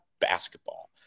basketball